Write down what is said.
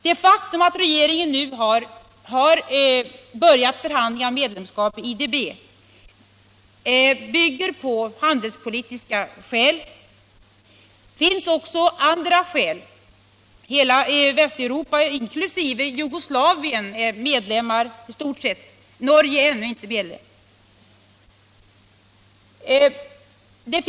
Det faktum att regeringen nu har föreslagit förhandlingar om medlemskap i IDB bygger på handelspolitiska skäl. Det finns också andra skäl. I stort sett hela Västeuropa liksom Jugoslavien är medlemmar — Norge är ännu inte medlem.